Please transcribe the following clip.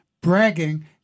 bragging